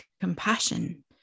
compassion